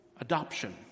adoption